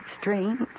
strange